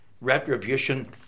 retribution